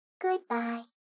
Goodbye